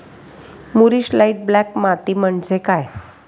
मूरिश light black माती म्हणजे काय?